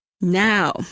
Now